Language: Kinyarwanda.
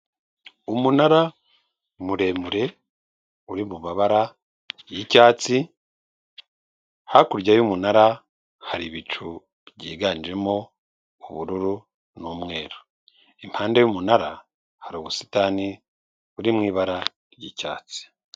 Umunara muremure uri mu mabara y'icyatsi, hakurya y'umunara hari ibicu byiganjemo ubururu n'umweru. Impande y'umunara hari ubusitani buri mu ibara ry'icyatsi.